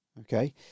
okay